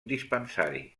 dispensari